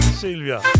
Sylvia